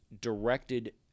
directed